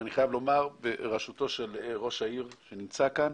ואני חייב לומר, בראשותו של ראש העיר שנמצא כאן,